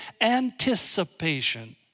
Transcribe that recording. anticipation